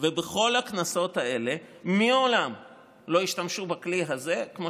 ובכל הכנסות האלה מעולם לא השתמשו בכלי הזה כמו